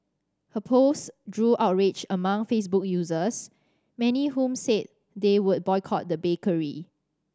her post drew outrage among Facebook users many whom said they would boycott the bakery